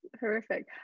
horrific